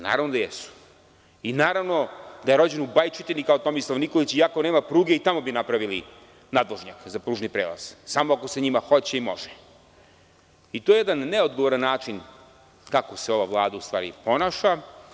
Naravno da jesu i naravno da je rođen u Bajčetini kao Tomislav Nikolić i ako nema pruge i tamo bi napravili nadvožnjak za pružni prelaz, samo ako se njima hoće i može i to jedan neodgovoran način kako se ova Vlada u stvari ponaša.